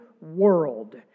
world